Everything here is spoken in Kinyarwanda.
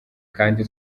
kandi